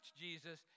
Jesus